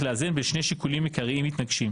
לאזן בין שני שיקולים עיקריים מתנגשים.